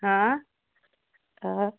हँ